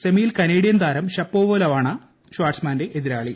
സെമിയിൽ കനേഡിയൻ താരം ഷാപ്പോവാ ലോവാണ് ഷാർട്സ്മാന്റെ എതിരാളി